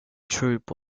troupe